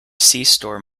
store